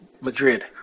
Madrid